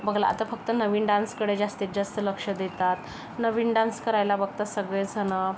बगला आता फक्त नवीन डान्सकडे जास्तीत जास्त लक्ष देतात नवीन डान्स करायला बघतात सगळेसणं